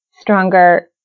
stronger